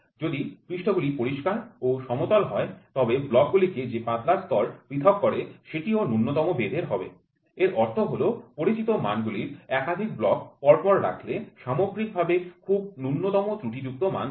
যদি পৃষ্ঠগুলি পরিষ্কার ও সমতল হয় তবে ব্লগ গুলিকে যে পাতলা স্তর পৃথক করে সেটিও ন্যূনতম বেধের হবে এর অর্থ হল পরিচিত মানগুলির একাধিক ব্লক পরপর রাখলে সামগ্রিকভাবে খুব ন্যূনতম ত্রুটিযুক্ত মান দেবে